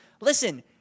Listen